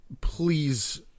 Please